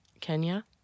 Kenya